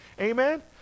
Amen